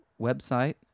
website